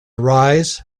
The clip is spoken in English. rise